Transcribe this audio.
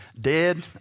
dead